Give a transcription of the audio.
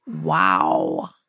Wow